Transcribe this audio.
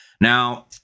Now